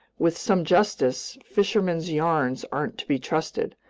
with some justice, fishermen's yarns aren't to be trusted,